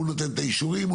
הוא נותן את האישורים,